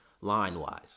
line-wise